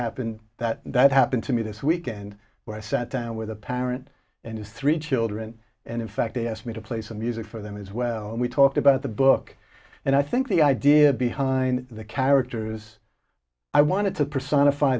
happened that that happened to me this weekend where i sat down with a parent and his three children and in fact they asked me to play some music for them as well and we talked about the book and i think the idea behind the characters i wanted to personify